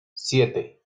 siete